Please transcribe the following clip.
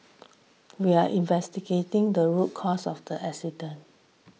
we are investigating the root cause of the accident